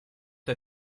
der